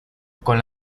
con